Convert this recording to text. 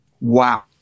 wow